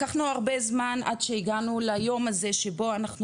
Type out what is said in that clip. לקחנו הרבה זמן עד שהגענו ליום הזה שבו אנחנו